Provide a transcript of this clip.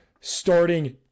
starting